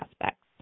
aspects